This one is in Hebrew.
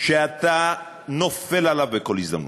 שאתה נופל עליו בכל הזדמנות,